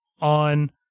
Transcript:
on